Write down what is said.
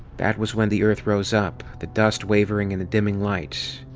that was when the earth rose up, the dust wavering in the dimming light,